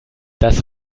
das